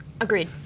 Agreed